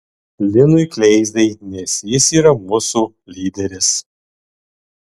linui kleizai nes jis yra mūsų lyderis